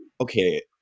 okay